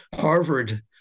Harvard